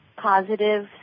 positive